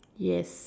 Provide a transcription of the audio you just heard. yes